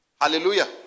Hallelujah